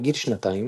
בגיל שנתיים